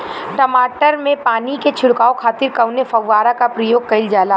टमाटर में पानी के छिड़काव खातिर कवने फव्वारा का प्रयोग कईल जाला?